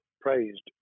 praised